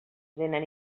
vénen